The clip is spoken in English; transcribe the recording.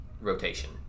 rotation